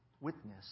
witness